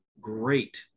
great